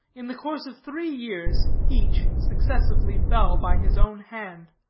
in the course of three years each successively fell by his own hand.